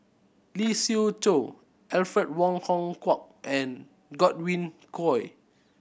Lee Siew Choh Alfred Wong Hong Kwok and Godwin Koay